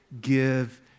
give